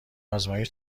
آزمایش